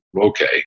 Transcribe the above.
okay